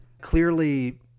Clearly